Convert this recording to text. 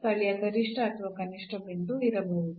ಸ್ಥಳೀಯ ಗರಿಷ್ಠ ಅಥವಾ ಕನಿಷ್ಠ ಬಿಂದು ಇರಬಹುದು